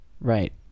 Right